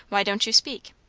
why don't you speak?